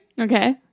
Okay